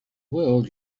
world